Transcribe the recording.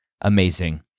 amazing